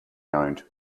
owned